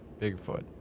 Bigfoot